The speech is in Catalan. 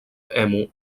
hemo